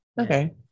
Okay